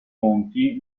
monti